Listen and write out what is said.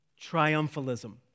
triumphalism